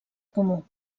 comú